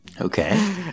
okay